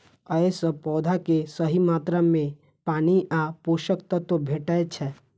अय सं पौधा कें सही मात्रा मे पानि आ पोषक तत्व भेटै छै